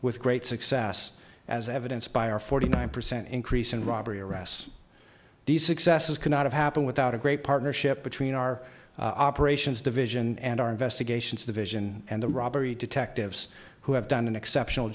with great success as evidence by our forty nine percent increase in robbery arrests these successes could not have happened without a great partnership between our operations division and our investigations division and the robbery detectives who have done an exceptional